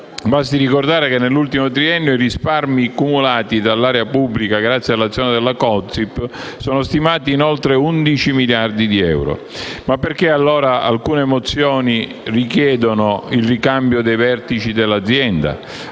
basti ricordare che, nell'ultimo triennio, i risparmi cumulati dall'area pubblica grazie all'azione della Consip sono stimati in oltre 11 miliardi di euro. Ma perché, allora, alcune mozioni richiedono il ricambio dei vertici dell'azienda?